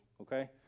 Okay